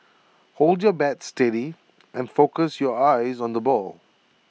hold your bat steady and focus your eyes on the ball